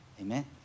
Amen